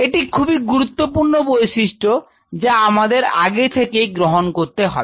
এটি খুবই গুরুত্বপূর্ণ বৈশিষ্ট্য যা আমাদের আগে থেকেই গ্রহণ করতে হবে